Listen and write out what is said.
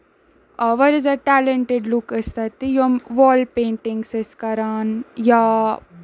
واریاہ زیادٕ ٹیلنٹِڈ لُکھ ٲسۍ تَتہِ یِم وال پینٹِنگٕس ٲسۍ کران یا